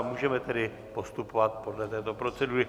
Můžeme tedy postupovat podle této procedury.